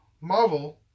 Marvel